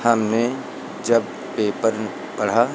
हमने जब पेपर पढ़ा